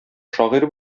шагыйрь